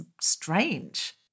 strange